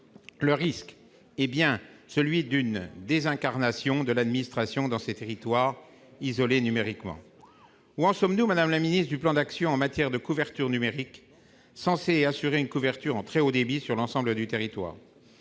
le risque est bien celui d'une désincarnation de l'administration dans ces territoires isolés numériquement. Où en sommes-nous, madame la ministre, du plan d'action en matière de couverture numérique, censé assurer une couverture en très haut débit sur l'ensemble du territoire ?